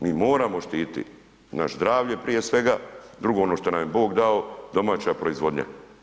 Mi moramo štiti naše zdravlje prije svega, drugo ono što nam je Bog dao, domaća proizvodnja.